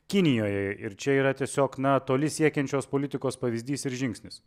kinijoje ir čia yra tiesiog na toli siekiančios politikos pavyzdys ir žingsnis